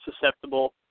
susceptible